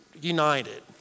united